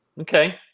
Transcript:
okay